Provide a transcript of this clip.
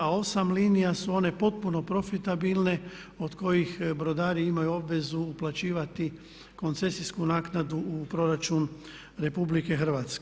A 8 linija su one potpuno profitabilne od kojih brodari imaju obvezu uplaćivati koncesijsku naknadu u proračun RH.